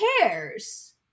cares